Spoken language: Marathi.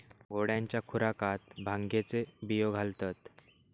घोड्यांच्या खुराकात भांगेचे बियो घालतत